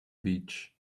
beach